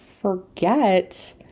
forget